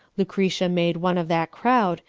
lucretia made one of that crowd,